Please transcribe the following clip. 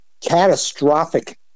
catastrophic